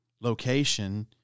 location